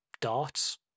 darts